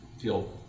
feel